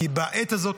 כי בעת הזאת,